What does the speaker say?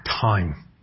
time